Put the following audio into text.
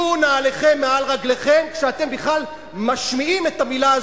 שלו נעליכם מעל רגליכם כשאתם בכלל משמיעים את המלים האלה,